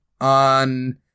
on